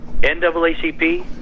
NAACP